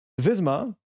visma